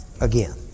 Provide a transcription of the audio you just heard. again